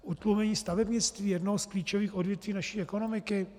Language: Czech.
Utlumení stavebnictví, jednoho z klíčových odvětví naší ekonomiky?